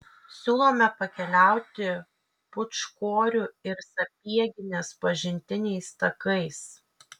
siūlome pakeliauti pūčkorių ir sapieginės pažintiniais takais